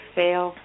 fail